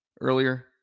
earlier